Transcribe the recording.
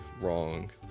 wrong